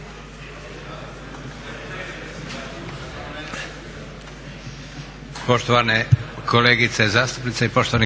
Hvala i vama.